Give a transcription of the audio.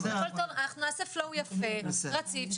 זה לא הסעיף הזה.